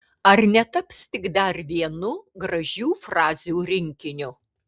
ar netaps tik dar vienu gražių frazių rinkiniu